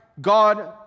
God